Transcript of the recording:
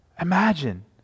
Imagine